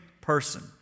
person